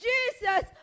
Jesus